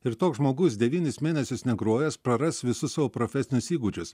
ir toks žmogus devynis mėnesius negrojęs praras visus savo profesinius įgūdžius